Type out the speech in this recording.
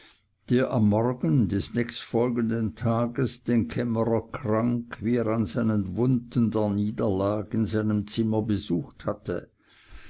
der am morgen des nächstfolgenden tages den kämmerer krank wie er an seinen wunden danieder lag in seinem zimmer besucht hatte